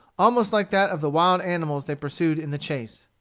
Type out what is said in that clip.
almost like that of the wild animals they pursued in the chase.